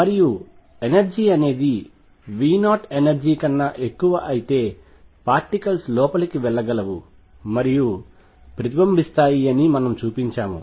మరియు ఎనర్జీ అనేది V0 energy కన్నా ఎక్కువ అయితే పార్టికల్స్ లోపలికి వెళ్లగలవు మరియు ప్రతిబంబిస్తాయి అని అని మనము చూపించాము